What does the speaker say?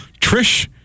Trish